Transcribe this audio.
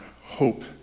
hope